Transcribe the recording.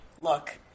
look